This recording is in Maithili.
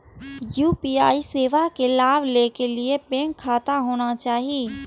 यू.पी.आई सेवा के लाभ लै के लिए बैंक खाता होना चाहि?